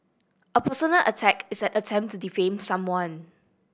a personal attack is an attempt to defame someone